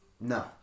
No